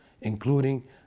including